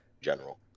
General